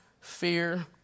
Fear